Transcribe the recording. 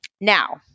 Now